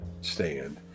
stand